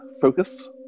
focus